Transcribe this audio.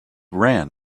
ran